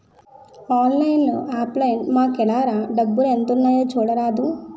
ఆన్లైన్లో offline మాకేఏల్రా డబ్బులు ఎంత ఉన్నాయి చూడరాదా